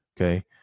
okay